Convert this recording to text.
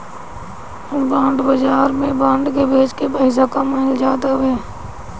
bond बाजार में bond के बेच के पईसा कमाईल जात हवे